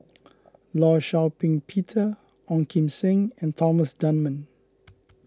Law Shau Ping Peter Ong Kim Seng and Thomas Dunman